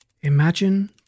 Imagine